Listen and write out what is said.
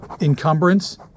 encumbrance